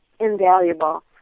invaluable